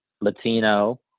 Latino